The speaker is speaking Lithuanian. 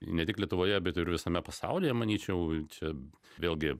ne tik lietuvoje bet ir visame pasaulyje manyčiau čia vėlgi